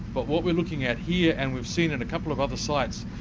but what we're looking at here and we've seen in a couple of other sites,